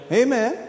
amen